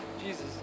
Jesus